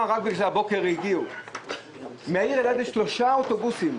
כי זה קרה הבוקר יש שלושה אוטובוסים,